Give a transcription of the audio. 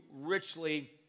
richly